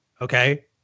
Okay